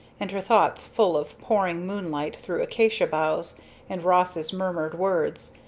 and her thoughts full of pouring moonlight through acacia boughs and ross's murmured words,